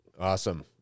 Awesome